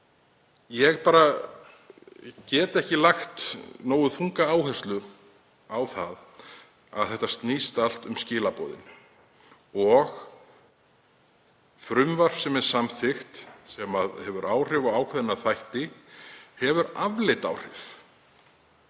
Ég bara get ekki lagt nógu þunga áherslu á að þetta snýst allt um skilaboðin, frumvarp sem er samþykkt sem hefur áhrif á ákveðna þætti hefur afleidd áhrif.